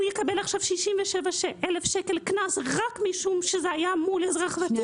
הוא יקבל עכשיו 67,000 שקל קנס רק משום שזה היה מול אזרח ותיק?